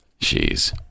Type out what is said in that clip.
Jeez